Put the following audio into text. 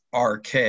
RK